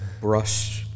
brush